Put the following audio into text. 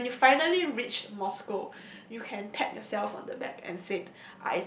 and you finally reach Moscow you can pat yourself on the back and said